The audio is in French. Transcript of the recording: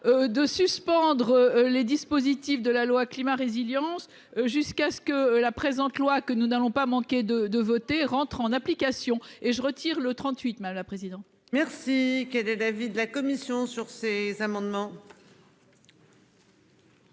de suspendre les dispositifs de la loi climat résilience jusqu'à ce que la présente loi que nous n'allons pas manquer de de voter rentre en application et je retire le 38 mal la président. Merci qui. De David. La commission sur ces amendements.